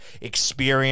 experience